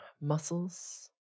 muscles